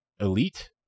elite